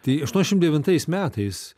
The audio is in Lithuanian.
tai aštuoniasdešimt devintais metais